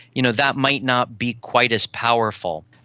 you know that might not be quite as powerful.